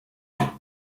nephew